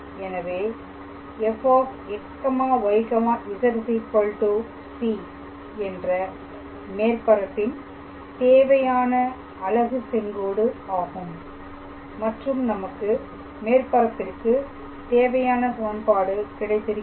எனவே fxyz c என்ற மேற்பரப்பின் தேவையான அலகு செங்கோடு ஆகும் மற்றும் நமக்கு மேற்பரப்பிற்கு தேவையான சமன்பாடு கிடைத்திருக்கிறது